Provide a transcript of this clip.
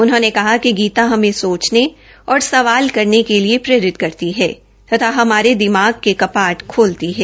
उन्होंने कहा कि गीता हमें सोचने और सवाल करने के लिए प्रेरित करती है तथा हमारे दिमाग के कपाट खोलती है